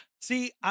See